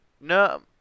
no